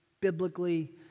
biblically